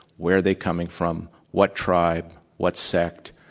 where are they coming from, what tribe, what sect,